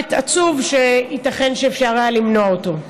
מוות עצוב שייתכן שאפשר היה למנוע אותו.